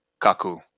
Kaku